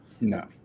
no